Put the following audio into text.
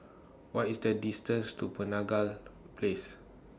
What IS The distance to Penaga Place